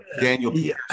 Daniel